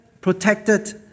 protected